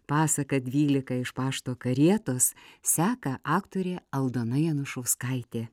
pasaką dvylika iš pašto karietos seka aktorė aldona janušauskaitė